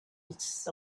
east